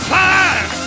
time